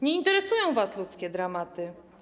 Nie interesują was ludzkie dramaty.